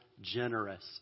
Generous